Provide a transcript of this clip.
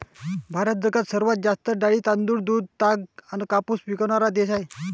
भारत जगात सर्वात जास्त डाळी, तांदूळ, दूध, ताग अन कापूस पिकवनारा देश हाय